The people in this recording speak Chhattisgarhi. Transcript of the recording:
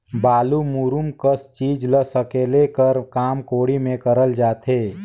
बालू, मूरूम कस चीज ल सकेले कर काम कोड़ी मे करल जाथे